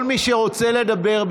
כל מי שרוצה לדבר,